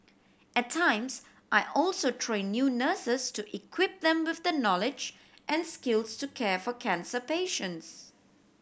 at times I also train new nurses to equip them with the knowledge and skills to care for cancer patients